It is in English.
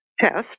test